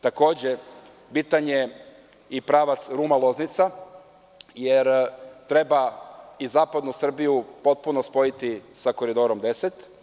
Takođe, bitan je i pravac Ruma-Loznica, jer treba i zapadnu Srbiju potpuno spojiti sa Koridorom 10.